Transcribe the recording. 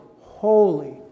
holy